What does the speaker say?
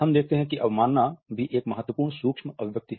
हम देखते हैं कि अवमानना भी एक महत्वपूर्ण सूक्ष्म अभिव्यक्ति है